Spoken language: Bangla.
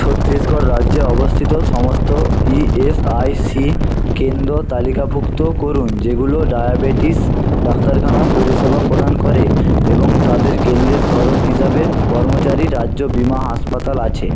ছত্রিশগড় রাজ্যে অবস্থিত সমস্ত ইএসআইসি কেন্দ্র তালিকাভুক্ত করুন যেগুলো ডায়াবেটিস ডাক্তারখানা পরিষেবা প্রদান করে এবং তাদের কেন্দ্রের ধরণ হিসাবে কর্মচারী রাজ্য বিমা হাসপাতাল আছে